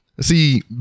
see